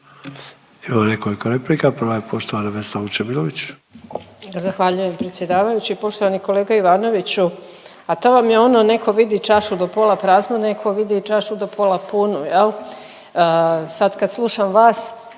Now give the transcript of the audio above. Imamo nekoliko replika, prva je poštovana Vesna Vučemilović.